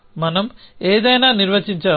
మనం ఏదైనా నిర్వచించాము